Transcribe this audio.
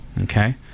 okay